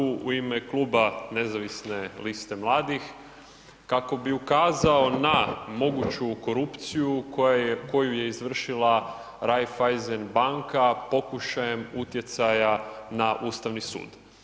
Tražim stanku u ime Kluba Nezavisne liste mladih kako bi ukazao na moguću korupciju koju je izvršila Raiffeisen banka pokušajem utjecaja na Ustavni sud.